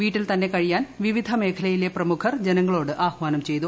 വീട്ടിൽ തന്നെ കഴിയാൻ വിവിധ മേഖലയിലെ പ്രമുഖർ ജനങ്ങളോട് ആഹ്വാനം ചെയ്തു